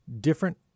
different